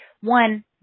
One